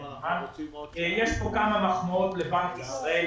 יש כאן כמה מחמאות לבנק ישראל